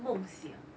梦想